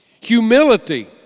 Humility